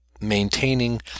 maintaining